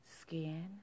skin